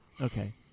Okay